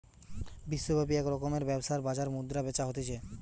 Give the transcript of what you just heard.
বিশ্বব্যাপী এক রকমের ব্যবসার বাজার মুদ্রা বেচা হতিছে